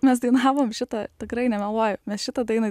mes dainavom šitą tikrai nemeluoju mes šitą dainą